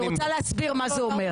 אני רוצה להסביר מה זה אומר,